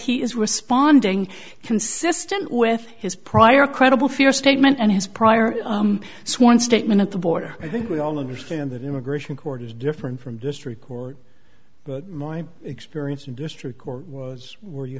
he is responding consistent with his prior credible fear statement and his prior sworn i mean at the border i think we all understand that immigration court is different from district court but my experience in district court was where you